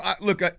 Look